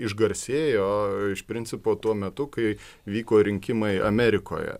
išgarsėjo iš principo tuo metu kai vyko rinkimai amerikoje